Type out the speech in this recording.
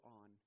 on